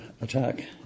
attack